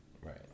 Right